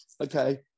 Okay